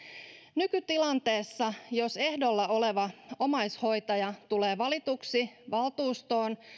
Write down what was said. nykytilanteessa jos ehdolla oleva omaishoitaja tulee valituksi valtuustoon